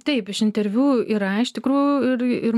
taip iš interviu yra iš tikrųjų ir ir